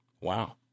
Wow